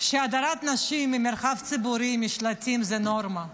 שבה הדרת נשים ממרחב ציבורי בשלטים זה נורמה.